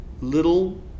little